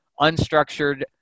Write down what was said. unstructured